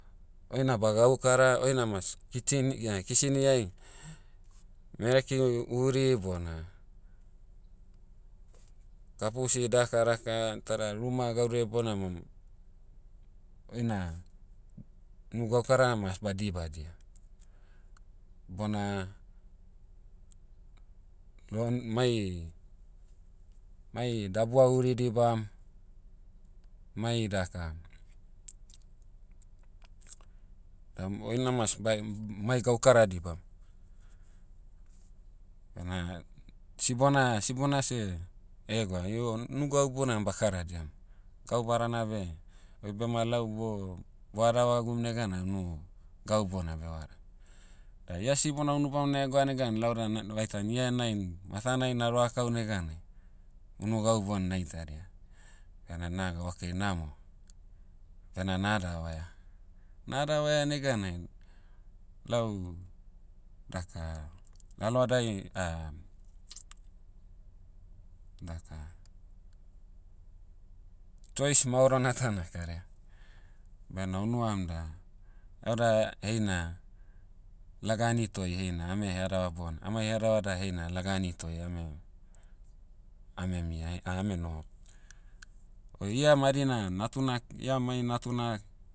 Oina ba gaukara oina mas, kitchen kisiniai, mereki huri bona, kapusi daka daka tada ruma gaudia ibona mom- oina, unu gaukara mas badibadia. Bona, mai- mai dabua huri dibam, mai daka, da- oina mas bai- mai gaukara dibam. Bena, sibona- sibona seh, egwa io unu gau bona bakaradiam. Gau badana beh, oi bema lau boh, boh adavagum negana nu, gau bona bevaram. Da ia sibona unubamona egwa negan lau dan an- vaitan ie nain, matanai naroha kau neganai, unu gau bon naita dia. Bena naga okay namo, bena na adavaia. Na adavaia neganai, lau, daka, lalohadai, daka, choice maorona ta nakaraia. Bena unuam da, lauda heina, lagani toi heina ame headava bon amai headava da heina lagani toi ame- ame mia- ame noho. O ia madi na natuna- ia mai natuna,